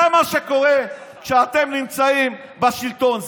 זה מה שקורה כשאתם נמצאים בשלטון.